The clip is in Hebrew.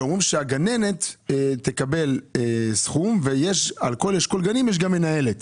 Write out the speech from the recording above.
והגננת תקבל סכום ועל כל אשכול גנים יש גם מנהלת.